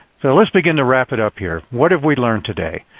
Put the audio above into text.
so let's begin to wrap it up here. what have we learned today?